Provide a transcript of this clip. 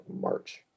March